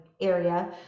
area